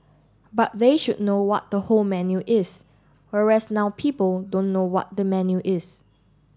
but they should know what the whole menu is whereas now people don't know what the menu is